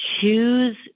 choose